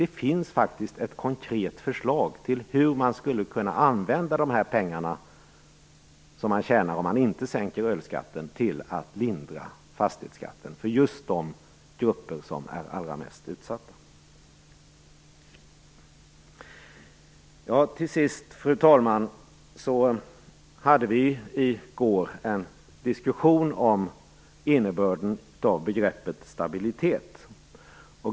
Det finns faktiskt ett konkret förslag till hur man skulle kunna använda de pengar man tjänar om man inte sänker ölskatten till att lindra fastighetsskatten för just de grupper som är allra mest utsatta. Till sist, fru talman, hade vi i går en diskussion om innebörden av begreppet stabilitet.